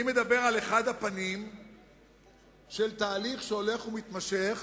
אני מדבר על אחד הפנים של תהליך שהולך ומתמשך,